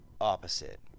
opposite